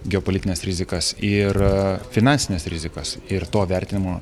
geopolitines rizikas ir finansines rizikas ir to vertinimo